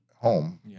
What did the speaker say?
home